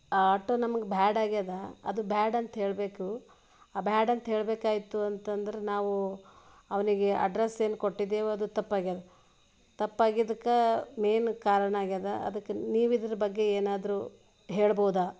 ಆ ಆಟೋ ನಮಗೆ ಬ್ಯಾಡಾಗ್ಯದ ಅದು ಬ್ಯಾಡಂತ ಹೇಳಬೇಕು ಬ್ಯಾಡಂತ ಹೇಳಬೇಕಾಯ್ತು ಅಂತಂದ್ರೆ ನಾವು ಅವನಿಗೆ ಅಡ್ರೆಸ್ ಏನು ಕೊಟ್ಟಿದ್ದೇವೆ ಅದು ತಪ್ಪಾಗ್ಯದ್ ತಪ್ಪಾಗಿದ್ಕ ಮೈನ್ ಕಾರಣಾಗ್ಯದ ಅದಕ್ಕೆ ನೀವು ಇದರ ಬಗ್ಗೆ ಏನಾದರೂ ಹೇಳಬಹುದಾ